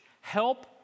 help